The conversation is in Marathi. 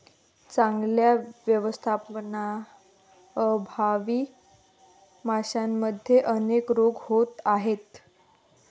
चांगल्या व्यवस्थापनाअभावी माशांमध्ये अनेक रोग होत आहेत